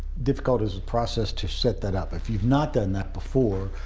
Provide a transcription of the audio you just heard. difficult is the process to set that up? if you've not done that before,